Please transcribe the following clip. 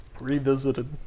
Revisited